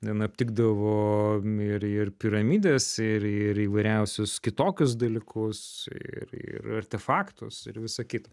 ten aptikdavo ir ir piramides ir ir įvairiausius kitokius dalykus ir ir artefaktus ir visa kita